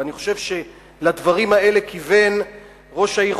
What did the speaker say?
ואני חושב שלדברים האלה כיוון ראש העיר